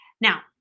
Now